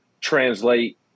translate